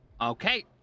okay